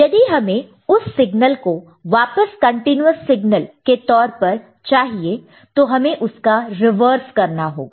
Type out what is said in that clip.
यदि हमें उस सिग्नल को वापस कंटीन्यूअस सिग्नल के तौर पर चाहिए तो हमें उसका रिवर्स करना होगा